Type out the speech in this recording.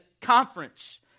conference